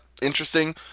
interesting